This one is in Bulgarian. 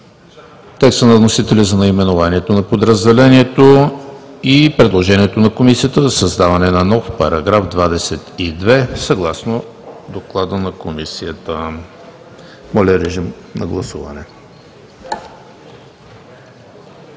текста на вносителя за наименованието на подразделението, и предложението на Комисията за създаване на нов § 22, съгласно Доклада на Комисията. Гласували